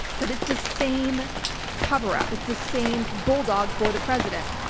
but it's the same cover up. it's the same bulldog for the president.